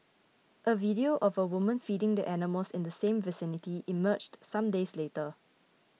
a video of a woman feeding the animals in the same vicinity emerged some days later